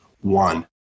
one